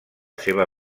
seva